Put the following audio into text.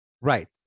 right